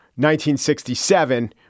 1967